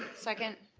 second.